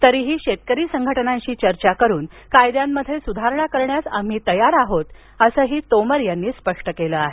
तरीही शेतकरी संघटनांशी चर्चा करुन कायद्यांमध्ये सुधारणा करण्यास आम्ही तयार आहोत असंही तोमर यांनी स्पष्ट केलंआहे